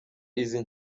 izi